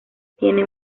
tiene